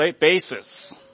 basis